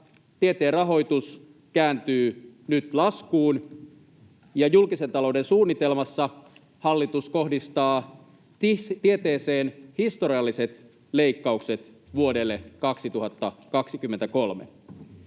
tieteen rahoitus kääntyy nyt laskuun, ja julkisen talouden suunnitelmassa hallitus kohdistaa tieteeseen historialliset leikkaukset vuodelle 2023